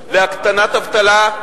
להקטנת אבטלה,